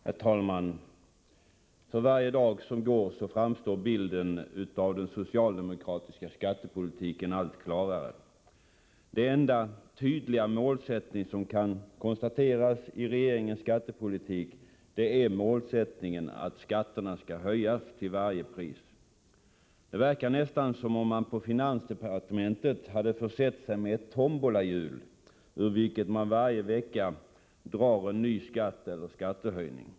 Herr talman! För varje dag som går framstår bilden av den socialdemokratiska skattepolitiken allt klarare. Den enda tydliga målsättning som kan konstateras i regeringens skattepolitik är att skatterna skall höjas till varje Det verkar nästan som om man på finansdepartementet hade försett sig med ett tombolahjul, ur vilket man varje vecka drar en ny skatt eller skattehöjning.